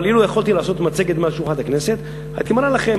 אבל אילו יכולתי לעשות מצגת מעל שולחן הכנסת הייתי מראה לכם,